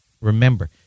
Remember